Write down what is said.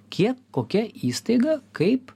kiek kokia įstaiga kaip